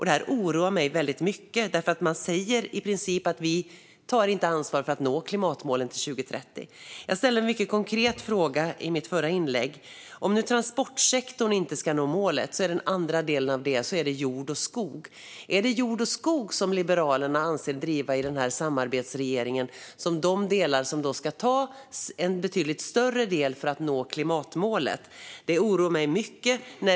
Det här oroar mig mycket, för man säger i princip att man inte tar ansvar för att nå klimatmålen till 2030. Jag ställde en mycket konkret fråga i mitt förra inlägg. Om nu transportsektorn inte ska nå målet är den andra delen jord och skog. Avser Liberalerna att driva i samarbetsregeringen att det är jord och skog som ska ta en betydligt större del för att nå klimatmålet? Det oroar mig mycket.